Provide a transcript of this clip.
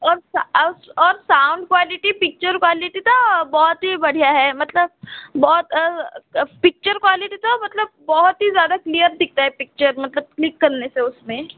और सा आ और साउंड क्वालिटी पिक्चर क्वालिटी तो बहुत ही बढ़िया है मतलब बहुत पिक्चर क्वालिटी तो मतलब बहुत ही ज़्यादा क्लीयर दिखता है पिक्चर मतलब क्लिक करने से उसमें